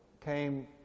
came